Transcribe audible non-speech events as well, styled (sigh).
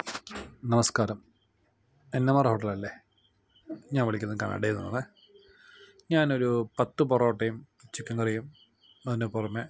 നമസ്കാരം N M R ഹോട്ടലല്ലേ ഞാൻ വിളിക്കുന്നത് (unintelligible) ആണ് ഞാനൊരു പത്ത് പൊറോട്ടയും ചിക്കൻ കറിയും അതിനുപുറമേ